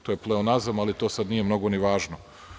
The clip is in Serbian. To je pleonazam, ali to sada nije mnogo važno.